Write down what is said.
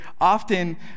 often